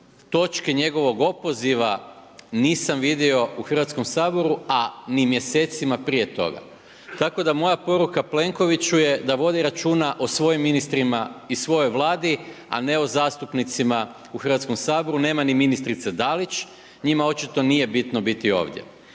točke njegovog opoziva nisam vidio u Hrvatskom saboru, a ni mjesecima prije toga. Tako da moja poruka Plenkoviću je da vodi računa o svojim ministrima i svojoj Vladi, a ne o zastupnicima u Hrvatskom saboru. Nema ni ministrice Dalić. Njima očito nije bitno biti ovdje.